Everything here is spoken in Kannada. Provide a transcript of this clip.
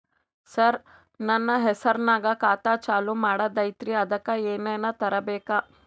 ಸರ, ನನ್ನ ಹೆಸರ್ನಾಗ ಖಾತಾ ಚಾಲು ಮಾಡದೈತ್ರೀ ಅದಕ ಏನನ ತರಬೇಕ?